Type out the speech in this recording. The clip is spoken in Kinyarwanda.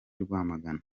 rwamagana